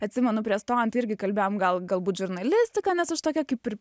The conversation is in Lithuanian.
atsimenu prieš stojant irgi kalbėjom gal galbūt žurnalistiką nes aš tokia kaip ir